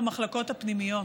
במחלקות הפנימיות.